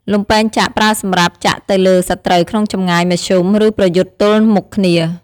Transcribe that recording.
លំពែងចាក់ ប្រើសម្រាប់ចាក់ទៅលើសត្រូវក្នុងចម្ងាយមធ្យម ឬប្រយុទ្ធទល់មុខគ្នា។